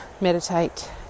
meditate